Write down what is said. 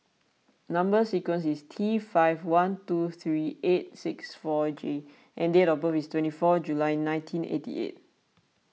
Number Sequence is T five one two three eight six four J and date of birth is twenty four July nineteen eighty eight